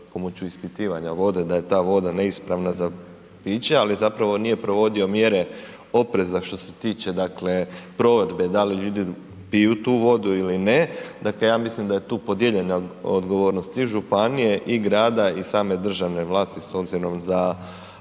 pomoću ispitivanja vode da je ta voda neispravna za piće, ali zapravo nije provodio mjere opreza što se tiče dakle provedbe da li ljudi piju tu vodu ili ne. Dakle, ja mislim da je tu podijeljena odgovornost i županije i grade i same državne vlasti s obzirom da